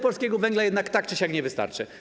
Polskiego węgla jednak tak czy siak nie wystarczy.